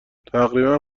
تقریبا